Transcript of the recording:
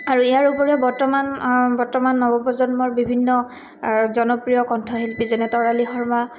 আৰু ইয়াৰ উপৰি বৰ্তমান বৰ্তমান নৱপ্ৰজন্মৰ বিভিন্ন জনপ্ৰিয় কণ্ঠশিল্পী যেনে তৰালি শৰ্মা